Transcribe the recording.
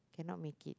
cannot make it